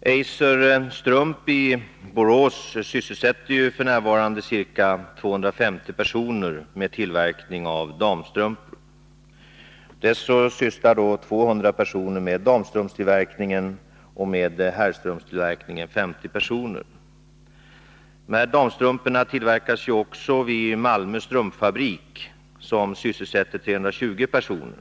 Eiser Strump AB i Borås sysselsätter ju f. n. ca 250 personer med tillverkning av strumpor. Av dessa sysslar 200 med damstrumptillverkningen och med herrstrumptillverkningen 50 personer. De här damstrumporna tillverkas också vid Malmö Strumpfabrik som sysselsätter 320 personer.